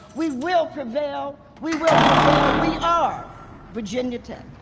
we will prevail. we will prevail. we are virginia tech.